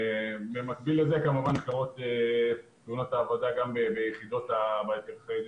במקביל לזה כמובן שגם נחקרות תאונות העבודה גם ביחידות הטריטוריאליות.